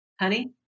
honey